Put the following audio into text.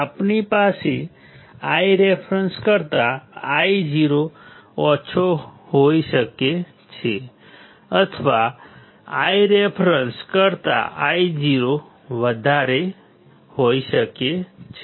આપણી પાસે Ireference કરતાં I0 ઓછો હોઇ શકે છે અથવા Ireference કરતાં I0 વધારે હોઇ શકે છે